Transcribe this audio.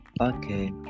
okay